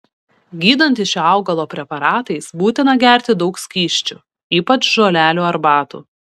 gydantis šio augalo preparatais būtina gerti daug skysčių ypač žolelių arbatų